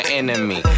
enemy